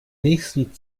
nächsten